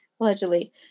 allegedly